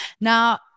Now